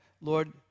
Lord